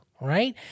right